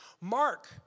Mark